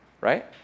Right